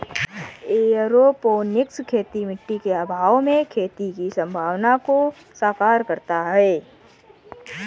aeroponics खेती मिट्टी के अभाव में खेती की संभावना को साकार करता है